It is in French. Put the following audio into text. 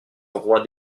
roi